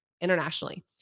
internationally